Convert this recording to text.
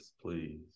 please